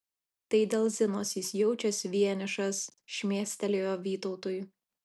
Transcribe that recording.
tai dėl zinos jis jaučiasi vienišas šmėstelėjo vytautui